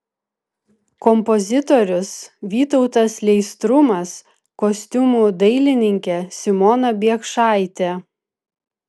kompozitorius vytautas leistrumas kostiumų dailininkė simona biekšaitė